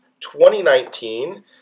2019